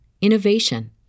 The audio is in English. innovation